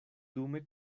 dume